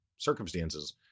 circumstances